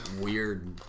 weird